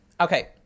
Okay